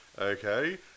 Okay